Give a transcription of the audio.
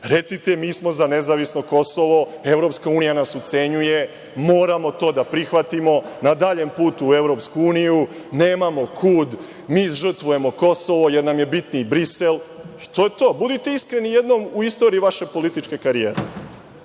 Recite, mi smo za nezavisno Kosovo, EU nas ucenjuje, moramo to da prihvatimo na daljem putu u EU, nemamo kud, mi žrtvujemo Kosovo jer nam je bitniji Brisel, i to je to. Budite iskreni jednom u istoriji vaše političke karijere,